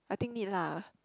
I think need lah